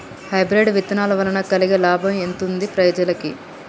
Hybrid విత్తనాల వలన కలిగే లాభం ఎంతుంది ప్రజలకి?